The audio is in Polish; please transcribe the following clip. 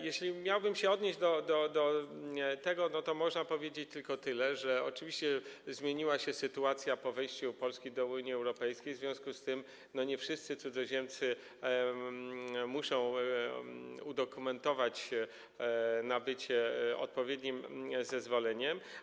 Jeśli miałbym się odnieść do tego, to można powiedzieć tylko tyle, że oczywiście zmieniła się sytuacja po wejściu Polski do Unii Europejskiej, w związku z tym nie wszyscy cudzoziemcy muszą udokumentować nabycie nieruchomości odpowiednim zezwoleniem.